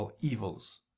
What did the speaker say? evils